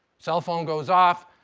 cell phone goes off,